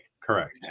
Correct